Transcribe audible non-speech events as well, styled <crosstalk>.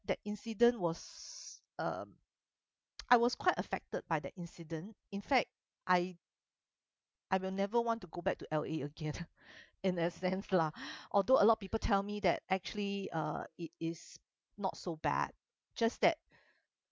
that incident was um I was quite affected by the incident in fact I I will never want to go back to L_A again <laughs> in that sense lah <breath> although a lot of people tell me that actually uh it is not so bad just that